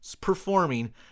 performing